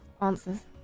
answers